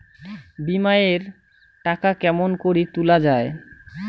বিমা এর টাকা কেমন করি তুলা য়ায়?